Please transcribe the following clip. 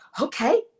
okay